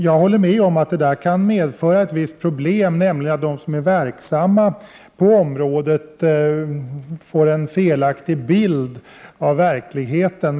Jag håller med om att det kan medföra ett visst problem, nämligen att de som är verksamma på området får en felaktig bild av verkligheten.